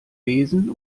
besen